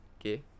Okay